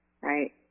Right